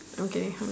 okay